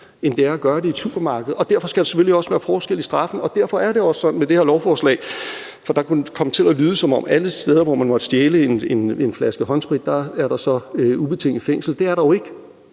end det er at gøre det i et supermarked. Derfor skal der selvfølgelig også være forskel på straffen, og derfor er det også sådan med det her lovforslag. For det kunne jo komme til at lyde, som om man får ubetinget fængsel for at stjæle en flaske håndsprit alle steder. Det er der jo ikke